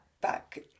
back